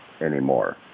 anymore